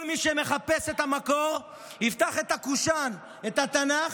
כל מי שמחפש את המקור, יפתח את הקושאן, את התנ"ך,